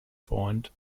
freund